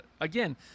again